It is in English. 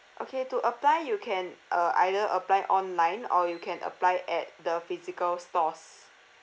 okay to apply you can uh either apply online or you can apply at the physical stores